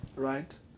right